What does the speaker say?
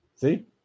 See